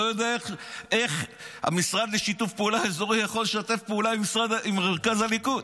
לא יודע איך המשרד לשיתוף פעולה אזורי יכול לשתף פעולה עם מרכז הליכוד,